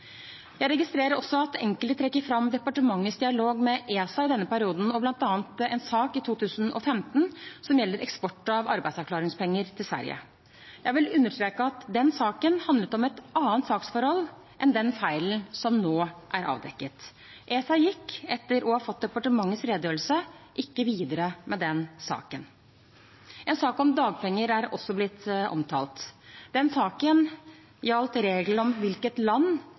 Jeg registrerer også at enkelte trekker fram departementets dialog med ESA i denne perioden og bl.a. en sak fra 2015, som gjelder eksport av arbeidsavklaringspenger til Sverige. Jeg vil understreke at den saken handlet om et annet saksforhold enn den feilen som nå er avdekket. ESA gikk, etter å ha fått departementets redegjørelse, ikke videre med den saken. En sak om dagpenger er også blitt omtalt. Den saken gjaldt reglene om hvilket land